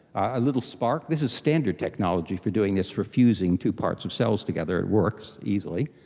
a little spark. this is standard technology for doing this, for fusing two parts of cells together, it works easily.